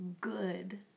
Good